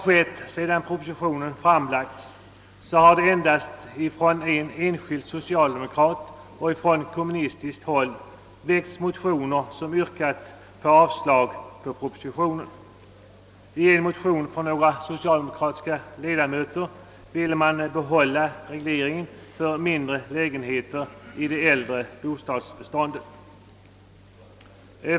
Sedan propositionen framlagts har endast från en enskild socialdemokrat och från kommunistiskt håll väckts motioner vari yrkas avslag på propositionen. I en motion har några socialdemokratiska ledamöter skrivit att de ville behålla regleringen för mindre lägenheter i det äldre bostadsbeståndet.